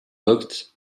looked